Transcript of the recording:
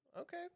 okay